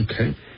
Okay